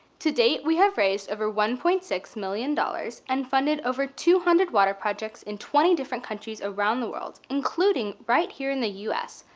to date we have raised over one point six million dollars and funded over two hundred water projects in twenty different countries around the world, including right here in the u s.